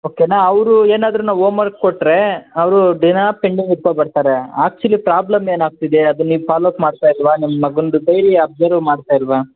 ಓಕೆನ ಅವರು ಏನಾದ್ರು ಓಮರ್ಕ್ ಕೊಟ್ಟರೆ ಅವರು ದಿನ ಪೆಂಡಿಂಗ್ ಇಟ್ಕೊಬರ್ತಾರೆ ಆ್ಯಕ್ಚುಲಿ ಪ್ರಾಬ್ಲಮ್ ಏನಾಗ್ತಿದೆ ಅದು ನೀವು ಫಾಲೊಪ್ ಮಾಡ್ತಾಯಿಲ್ವ ನಿಮ್ಮ ಮಗಂದು ಡೈರಿ ಅಬ್ಸರ್ವ್ ಮಾಡ್ತಾ ಇಲ್ವ